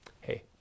Hey